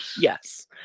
Yes